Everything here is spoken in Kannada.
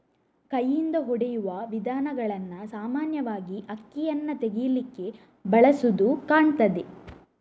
ಕೈಯಿಂದ ಹೊಡೆಯುವ ವಿಧಾನಗಳನ್ನ ಸಾಮಾನ್ಯವಾಗಿ ಅಕ್ಕಿಯನ್ನ ತೆಗೀಲಿಕ್ಕೆ ಬಳಸುದು ಕಾಣ್ತದೆ